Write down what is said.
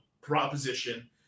proposition